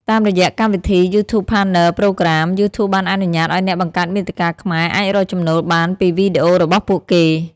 តាមរយៈកម្មវិធី យូធូប ផាតនើ ប្រូក្រាម យូធូបបានអនុញ្ញាតឱ្យអ្នកបង្កើតមាតិកាខ្មែរអាចរកចំណូលបានពីវីដេអូរបស់ពួកគេ។